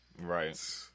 Right